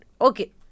Okay